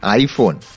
iPhone